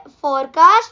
Forecast